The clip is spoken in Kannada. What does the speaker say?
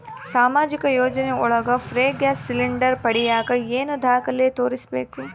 ಸಾಮಾಜಿಕ ಯೋಜನೆ ಒಳಗ ಫ್ರೇ ಗ್ಯಾಸ್ ಸಿಲಿಂಡರ್ ಪಡಿಯಾಕ ಏನು ದಾಖಲೆ ತೋರಿಸ್ಬೇಕು?